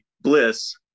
bliss